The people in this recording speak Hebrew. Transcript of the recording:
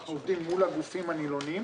אנחנו עובדים מול הגופים הנילונים.